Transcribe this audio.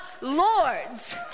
Lord's